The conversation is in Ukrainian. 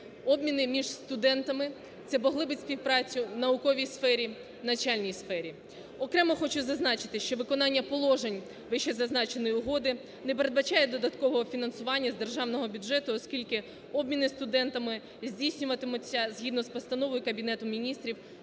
обміни між студентами. Це поглибить співпрацю в науковій сфері, в навчальній сфері. Окремо хочу зазначити, що виконання положень вищезазначеної угоди не передбачає додаткового фінансування з державного бюджету, оскільки обміни студентами здійснюватимуться згідно з Постановою Кабінету Міністрів